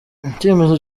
icyemezo